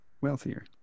wealthier